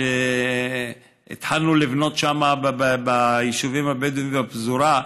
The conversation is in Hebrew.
כשהתחלנו לבנות שם ביישובים הבדואיים ובפזורה,